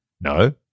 no